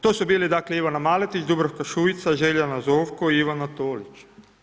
To su bili Ivana Maletić, Dubravka Šuica, Željana Zovko i Ivana Tolić.